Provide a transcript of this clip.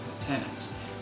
tenants